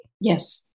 Yes